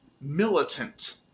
militant